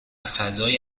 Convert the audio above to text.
فضای